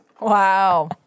Wow